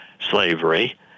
slavery